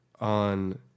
on